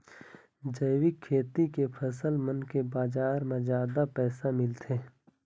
जैविक खेती के फसल मन के बाजार म जादा पैसा मिलथे